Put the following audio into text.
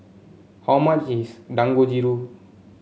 how much is Dangojiru